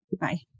Bye